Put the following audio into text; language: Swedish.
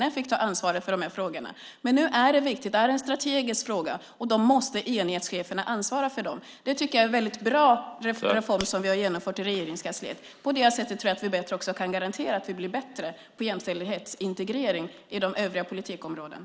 Den fick ta ansvar för de här frågorna. Nu är det viktigt. Det är en strategisk fråga och den måste enhetscheferna ansvara för. Det tycker jag är en mycket bra reform som vi har genomfört i Regeringskansliet. På det sättet tror jag också att vi bättre kan garantera att vi blir bättre på jämställdhetsintegrering i de övriga politikområdena.